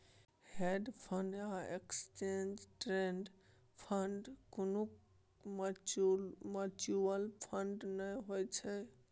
hedge fund आ exchange traded fund कुनु mutual fund नै छै